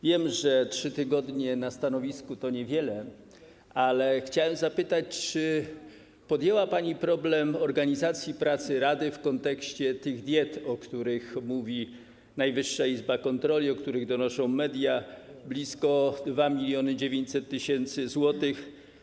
Wiem, że 3 tygodnie na stanowisku to niewiele, ale chciałbym zapytać, czy podjęła pani problem organizacji pracy rady w kontekście tych diet, o których mówi Najwyższa Izba Kontroli, o których donoszą media, w wysokości blisko 2900 tys. zł.